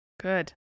Good